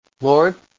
Lord